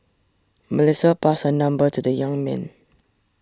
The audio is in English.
Melissa passed her number to the young man